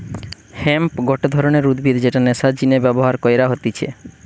hemp গটে ধরণের উদ্ভিদ যেটা নেশার জিনে ব্যবহার কইরা হতিছে